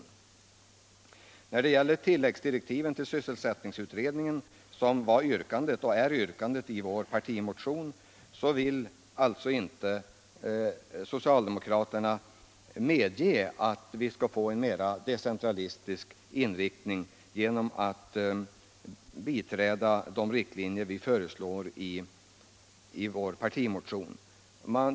I vår partimotion yrkar vi på tilläggsdirektiv till sysselsättningsutredningen. Men övriga partier vill inte gå med på en mera decentralistisk inriktning genom att biträda förslagen i vår partimotion.